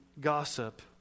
gossip